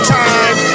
time